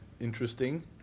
interesting